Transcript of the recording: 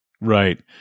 Right